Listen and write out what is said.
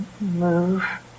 move